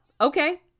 okay